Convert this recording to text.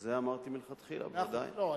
זה אמרתי מלכתחילה, ודאי.